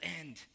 end